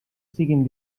siguin